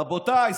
רבותיי,